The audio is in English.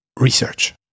research